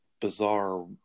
bizarre